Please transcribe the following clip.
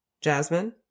Jasmine